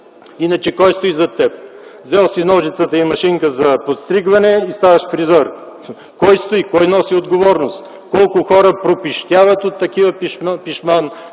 Иначе кой стои зад теб? Взел си ножица и машинка за подстригване и ставаш фризьор. Но кой стои зад теб?! Кой носи отговорност?! Колко хора пропищяват от такива пишман